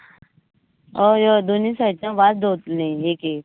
हय हय दोनी सायडीचायन वाज दवरतलीं एक एक